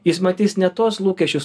jis matys ne tuos lūkesčius